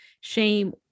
shame